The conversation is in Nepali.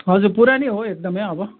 हजुर पुरानै हो एकदमै अब